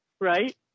Right